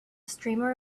streamer